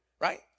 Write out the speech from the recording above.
Right